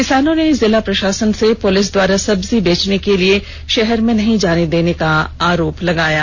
किसानों ने जिला प्रषासन से पुलिस द्वारा सब्जी बेचने के लिए शहर में नहीं जाने देने का आरोप लगाया है